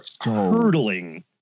hurtling